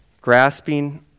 Grasping